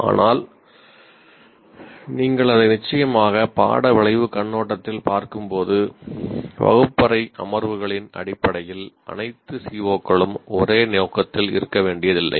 ஆனால் நீங்கள் அதை நிச்சயமாக பாட விளைவுக் கண்ணோட்டத்தில் பார்க்கும்போது வகுப்பறை அமர்வுகளின் அடிப்படையில் அனைத்து CO களும் ஒரே நோக்கத்தில் இருக்க வேண்டியதில்லை